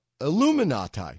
illuminati